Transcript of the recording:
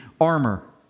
armor